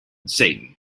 satan